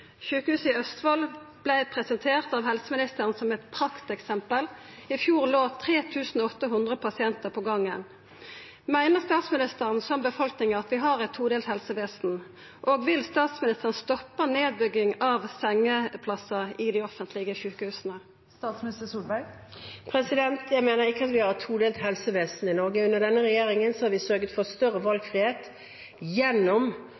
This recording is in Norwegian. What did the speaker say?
Sjukehuset i Østfold vart presentert av helseministeren som eit prakteksempel. I fjor låg 3 800 pasientar på gangen. Meiner statsministeren – som befolkninga – at vi har eit todelt helsevesen? Og vil statsministeren stoppa nedbygginga av sengeplassar i dei offentlege sjukehusa? Jeg mener ikke at vi har et todelt helsevesen i Norge. Under denne regjeringen har vi sørget for større valgfrihet gjennom